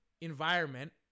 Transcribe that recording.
environment